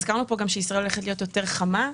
הזכרנו פה גם שישראל הולכת להיות חמה יותר.